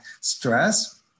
stress